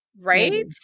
Right